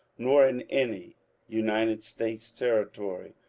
nor in any united states territory,